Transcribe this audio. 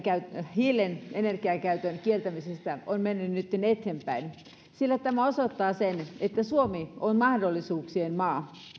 hiilen energiakäytön kieltämisestä on mennyt nyt eteenpäin sillä tämä osoittaa sen että suomi on mahdollisuuksien maa